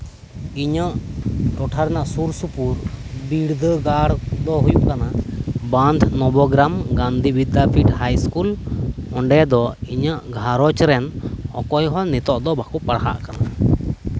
ᱤᱧᱟᱹᱜ ᱴᱚᱴᱷᱟ ᱨᱮᱭᱟᱜ ᱥᱩᱨ ᱥᱩᱯᱩᱨ ᱵᱤᱨᱟᱫᱟᱹᱜᱟᱲ ᱫᱚ ᱦᱩᱭᱩᱜ ᱠᱟᱱᱟ ᱵᱟᱸᱫᱽᱱᱚᱵᱚᱜᱨᱟᱢ ᱜᱟᱱᱫᱷᱤ ᱵᱤᱫᱫᱟᱯᱤᱴ ᱦᱟᱭᱥᱠᱩᱞ ᱚᱸᱰᱮ ᱫᱚ ᱤᱧᱟᱹᱜ ᱜᱷᱟᱸᱨᱚᱧᱡᱽ ᱨᱮᱱ ᱚᱠᱚᱭ ᱦᱚᱸ ᱱᱤᱛᱚᱜ ᱫᱚ ᱵᱟᱠᱚ ᱯᱟᱲᱦᱟᱜ ᱠᱟᱱᱟ